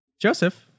Joseph